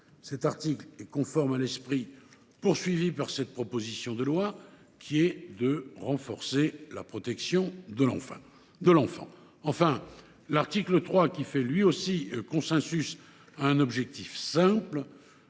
Cet article est conforme à l’esprit de cette proposition de loi : renforcer la protection de l’enfant. Enfin, l’article 3, qui fait lui aussi consensus, a pour objectif simple